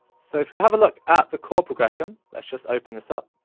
so if we have a look at the chord progression, let's just open this up.